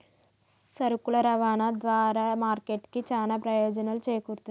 సరుకుల రవాణా ద్వారా మార్కెట్ కి చానా ప్రయోజనాలు చేకూరుతయ్